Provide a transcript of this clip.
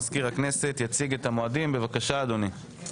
מזכיר הכנסת יציג את המועדים, בבקשה אדוני.